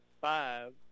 five